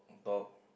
and talk